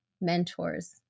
mentors